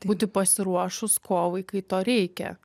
būti pasiruošus kovai kai to reikia